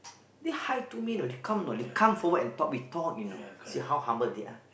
say hi to me you know they come you know they come forward and talk we talk you know see how humble they are